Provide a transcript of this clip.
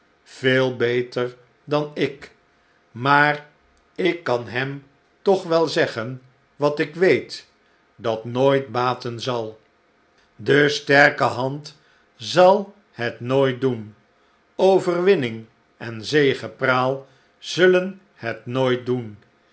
veel beter dan ik maar ik kan hem toch wel zeggen wat ik weet dat nooit baten zal de sterke hand zal het nooit doen overwinning en zegepraal zullen het nooit doen